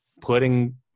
putting